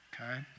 okay